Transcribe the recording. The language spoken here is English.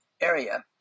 area